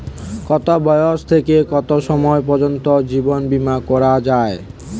কতো বয়স থেকে কত বয়স পর্যন্ত জীবন বিমা করা যায়?